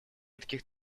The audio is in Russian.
таких